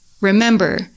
Remember